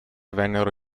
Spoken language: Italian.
vennero